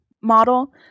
model